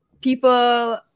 people